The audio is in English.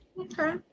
Okay